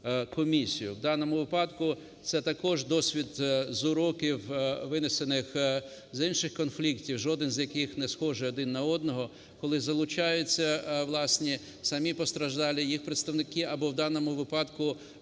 В даному випадку це також досвід з уроків, винесених з інших конфліктів, жоден з яких не схожий один на одного, коли залучаються, власне, самі постраждалі, їх представники, або в даному випадку